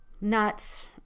nuts